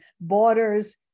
borders